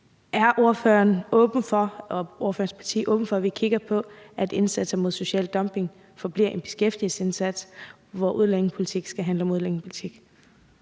Er ordføreren og ordførerens parti åben for, at vi kigger på, at en indsats mod social dumping forbliver en beskæftigelsesindsats, mens udlændingepolitik skal handle om udlændingepolitik?